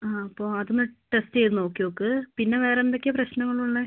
ആ അപ്പോൾ അതൊന്ന് ടെസ്റ്റ് ചെയ്ത് നോക്കി നോക്ക് പിന്നെ വേറെ എന്തൊക്കെയാണ് പ്രശ്നങ്ങൾ ഉള്ളത്